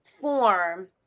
form